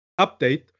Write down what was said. update